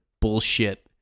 bullshit